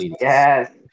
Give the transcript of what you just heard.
Yes